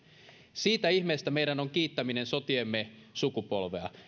siitä ihmeestä meidän on kiittäminen sotiemme sukupolvea